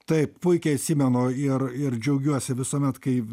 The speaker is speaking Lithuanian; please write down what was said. taip puikiai atsimenu ir ir džiaugiuosi visuomet kai